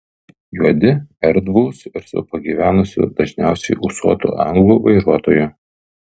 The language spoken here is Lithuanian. juodi erdvūs ir su pagyvenusiu dažniausiai ūsuotu anglu vairuotoju